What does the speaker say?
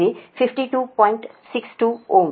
62 ஓம்